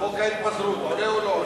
חוק ההתפזרות עולה או לא,